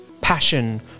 passion